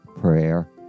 prayer